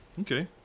Okay